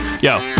Yo